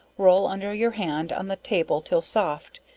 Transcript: roll under your hand on the table till soft,